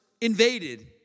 invaded